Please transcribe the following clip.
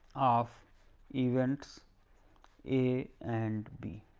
of events a, and b.